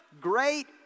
great